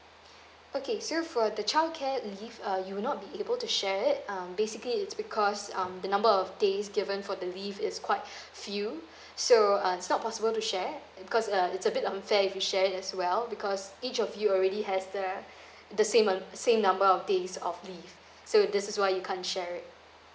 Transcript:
okay so for the childcare leave uh you'll not be able to share um basically it's because um the number of days given for the leave is quite few so uh it's not possible to share because uh it's a bit unfair if you share it as well because each of you already has the the same uh same number of days of leave so this is why you can't share it